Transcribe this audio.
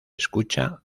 escucha